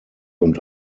und